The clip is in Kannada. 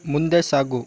ಮುಂದೆ ಸಾಗು